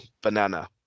Banana